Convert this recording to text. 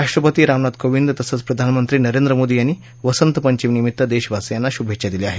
राष्ट्रपती रामनाथ कोविंद तसंच प्रधानमंत्री नरेंद्र मोदी यांनी वसंतपंचमीनिमित्त देशवासियांना शुभेच्छा दिल्या आहेत